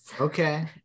Okay